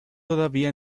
todavía